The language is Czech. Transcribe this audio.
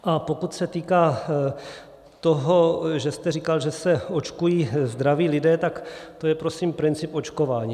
A pokud se týká toho, že jste říkal, že se očkují zdraví lidé, tak to je prosím princip očkování.